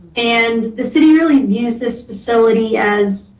and the city really views this facility as